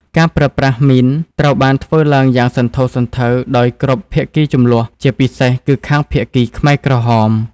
ការប្រើប្រាស់មីនត្រូវបានធ្វើឡើងយ៉ាងសន្ធោសន្ធៅដោយគ្រប់ភាគីជម្លោះ ជាពិសេសគឺខាងភាគីខ្មែរក្រហម។